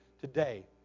today